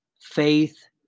faith